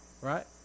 right